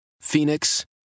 Phoenix